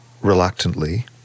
reluctantly